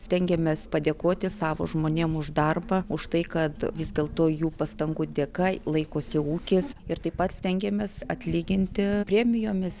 stengiamės padėkoti savo žmonėm už darbą už tai kad vis dėlto jų pastangų dėka laikosi ūkis ir taip pat stengiamės atlyginti premijomis